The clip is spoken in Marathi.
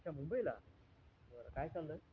अच्छा मुंबईला बरं काय चाललं आहे